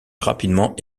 rapidement